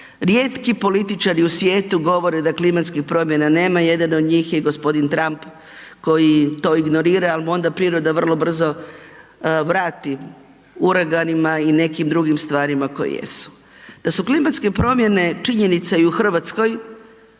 Rijetki političari u svijetu govore da klimatske promjene nema, jedan od njih je i g. Trump koji to ignorira, ali mu onda priroda vrlo brzo vrati uraganima i nekim drugim stvarima koje jesu. Da su klimatske promjene činjenica i u Hrvatskoj,